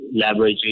leveraging